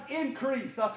increase